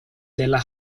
della